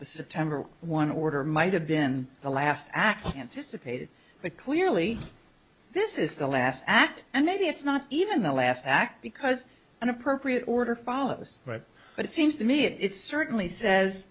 the september one order might have been the last act anticipated but clearly this is the last act and maybe it's not even the last act because an appropriate order follows right but it seems to me it certainly says